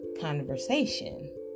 conversation